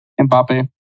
Mbappe